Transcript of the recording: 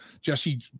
Jesse